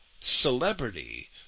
celebrity